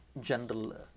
general